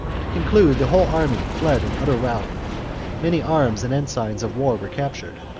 to conclude, the whole army fled in utter rout many arms and ensigns of war were captured,